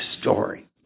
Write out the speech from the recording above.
story